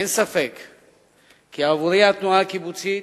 אין ספק כי עבורי התנועה הקיבוצית